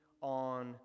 on